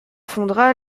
fondera